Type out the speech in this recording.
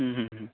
ह्म् ह्म् ह्म्